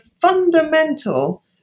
fundamental